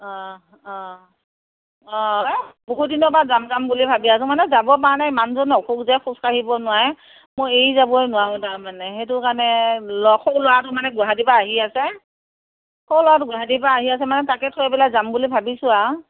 অঁ অঁ অঁ এই বহু দিনৰ পৰা যাম যাম বুলি ভাবি আছোঁ মানে যাব পৰা নাই মানুহজন অসুখ যে খোজকাঢ়িব নোৱাৰে মই এৰি যাবই নোৱাৰোঁ তাৰমানে সেইটো কাৰণে ল সৰু ল'ৰাটো মানে গুৱাহাটীৰ পৰা আহি আছে সৰু ল'ৰাটো গুৱাহাটীৰ পৰা আহি আছে মানে তাকে থৈ পেলাই যাম বুলি ভাবিছোঁ আৰু